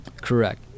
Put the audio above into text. Correct